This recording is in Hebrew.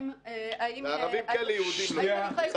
לערבים כן, ליהודים לא.